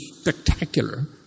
spectacular